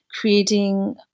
creating